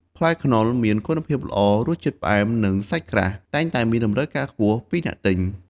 ផ្លែខ្នុរដែលមានគុណភាពល្អ រសជាតិផ្អែម និងសាច់ក្រាស់ តែងតែមានតម្រូវការខ្ពស់ពីអ្នកទិញ។